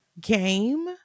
game